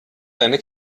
seine